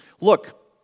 look